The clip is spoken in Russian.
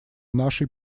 нашей